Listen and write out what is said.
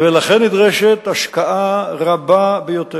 ולכן נדרשת השקעה רבה ביותר,